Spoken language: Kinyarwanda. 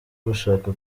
gushaka